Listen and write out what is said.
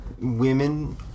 women